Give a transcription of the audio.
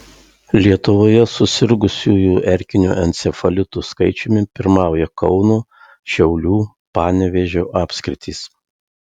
lietuvoje susirgusiųjų erkiniu encefalitu skaičiumi pirmauja kauno šiaulių panevėžio apskritys